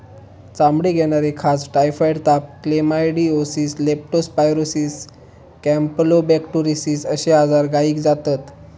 चामडीक येणारी खाज, टायफॉइड ताप, क्लेमायडीओसिस, लेप्टो स्पायरोसिस, कॅम्पलोबेक्टोरोसिस अश्ये आजार गायीक जातत